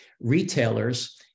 retailers